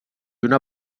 una